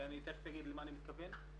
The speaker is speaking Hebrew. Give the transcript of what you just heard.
ואני תכף אומר למה אני מתכוון,